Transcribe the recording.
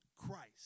Christ